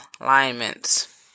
alignments